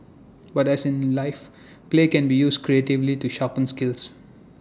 but as in life play can be used creatively to sharpen skills